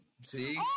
See